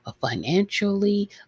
financially